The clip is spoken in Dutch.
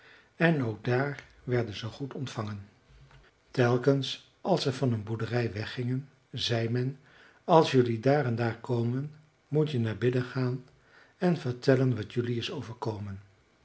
en ook daar werden ze goed ontvangen telkens als ze van een boerderij weggingen zei men als jelui daar en daar komen moet je naar binnen gaan en vertellen wat jelui is overkomen